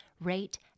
rate